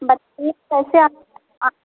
बताइए कैसे